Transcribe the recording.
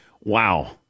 wow